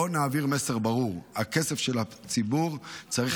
בואו נעביר מסר ברור: הכסף של הציבור צריך